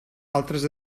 altres